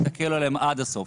תקלו עליהם עד הסוף,